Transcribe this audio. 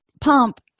pump